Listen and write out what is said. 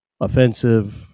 offensive